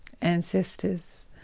ancestors